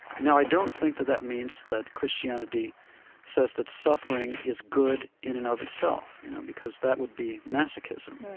now, i don't think that that means that christianity says that suffering is good in and of itself, you know, because that would be masochism.